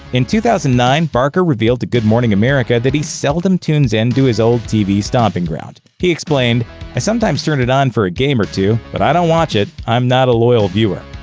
in two thousand and nine barker revealed to good morning america that he seldom tunes into his old tv stomping ground. he explained i sometimes turn it on for a game or two. but i don't watch it. i'm not a loyal viewer.